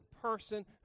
person